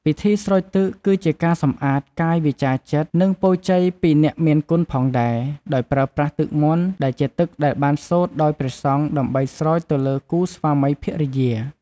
ពិធីស្រោចទឹកគឺជាការសម្អាត កាយ វាចាចិត្ត និងពរជ័យពីអ្នកមានគុណផងដែរ ដោយប្រើប្រាស់ទឹកមន្ត ដែលជាទឹកដែលបានសូត្រដោយព្រះសង្ឃដើម្បីស្រោចទៅលើគូស្វាមីភរិយា។។